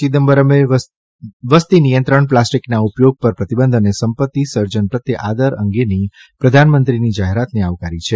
ચિદમ્બરમે વસતિનિયંત્રણ પ્લાેસ્ટકના ઉપયોગ પર પ્રતિબંધ અને સંપત્તિ સર્જન પ્રત્યે આદર અંગેની પ્રધાનમંત્રીની જાહેરાતને આવકારી છે